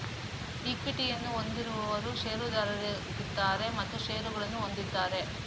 ಈಕ್ವಿಟಿಯನ್ನು ಹೊಂದಿರುವವರು ಷೇರುದಾರರಾಗಿದ್ದಾರೆ ಮತ್ತು ಷೇರುಗಳನ್ನು ಹೊಂದಿದ್ದಾರೆ